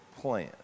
plan